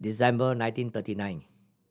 December nineteen thirty nine